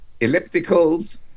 ellipticals